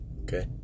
Okay